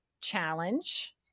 challenge